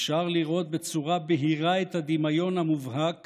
אפשר לראות בצורה בהירה את הדמיון המובהק